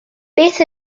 beth